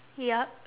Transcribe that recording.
yup